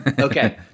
Okay